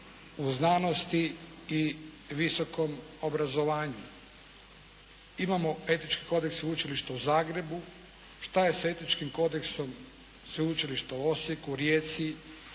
u znanosti i visokom obrazovanju. Imamo Etički kodeks Sveučilišta u Zagrebu. Šta je sa Etičkim kodeksom Sveučilišta u Osijeku, Rijeci